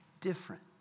different